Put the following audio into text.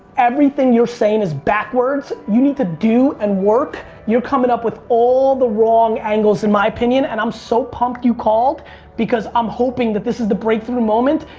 everything you're saying is backwards. you need to do and work. you're coming up with all the wrong angles in my opinion and i'm so pumped you called because i'm hoping that this is the breakthrough moment.